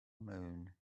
moon